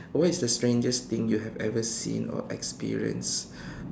what is the strangest thing you have ever seen or experienced